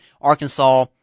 Arkansas